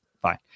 fine